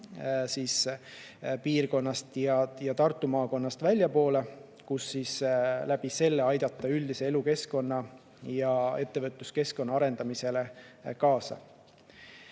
piirkonnast ja Tartu maakonnast väljapoole, et seeläbi aidata üldise elukeskkonna ja ettevõtluskeskkonna arendamisele kaasa.